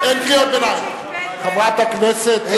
ומה עם ההצעה הממשלתית